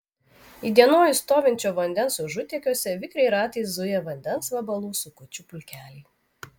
įdienojus stovinčio vandens užutėkiuose vikriai ratais zuja vandens vabalų sukučių pulkeliai